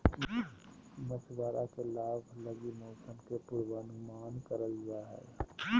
मछुआरा के लाभ लगी मौसम के पूर्वानुमान करल जा हइ